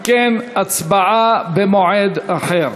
אם כן, הצבעה במועד אחר.